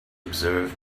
observe